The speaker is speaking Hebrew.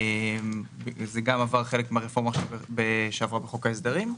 זה גם חלק מהרפורמה שעברה בחוק ההסדרים.